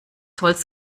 holz